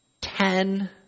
ten